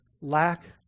Lack